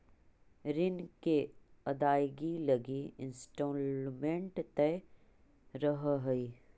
ऋण के अदायगी लगी इंस्टॉलमेंट तय रहऽ हई